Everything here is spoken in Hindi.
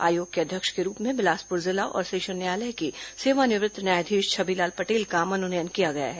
आयोग के अध्यक्ष के रूप में बिलासपुर जिला और सेशन न्यायालय के सेवानिवृत्त न्यायाधीश छबीलाल पटेल का मनोनयन किया गया है